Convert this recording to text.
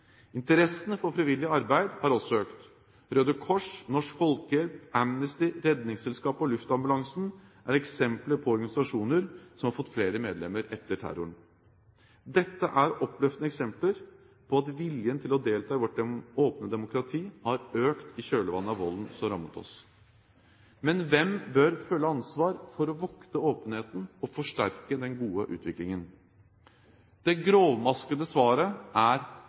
for frivillig arbeid har også økt. Røde Kors, Norsk Folkehjelp, Amnesty, Redningsselskapet og luftambulansen er eksempler på organisasjoner som har fått flere medlemmer etter terroren. Dette er oppløftende eksempler på at viljen til å delta i vårt åpne demokrati har økt i kjølvannet av volden som rammet oss. Men hvem bør føle ansvar for å vokte åpenheten og forsterke den gode utviklingen? Det grovmaskede svaret er: